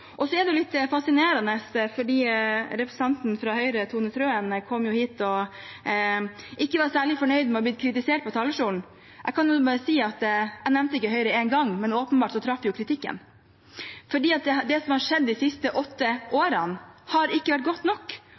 er litt fascinerende at representanten fra Høyre, Tone Wilhelmsen Trøen, ikke var særlig fornøyd med å ha blitt kritisert fra talerstolen. Jeg kan bare si at jeg nevnte ikke Høyre én gang, men åpenbart traff kritikken. Det som har skjedd de siste åtte årene, har ikke vært godt nok,